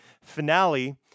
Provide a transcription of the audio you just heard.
Finale